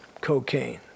cocaine